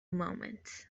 moments